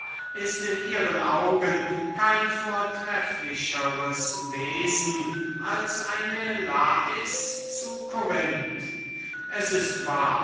ist in ihren augen kein vortrefflicheres wesen als eine lais zu corinth es ist wahr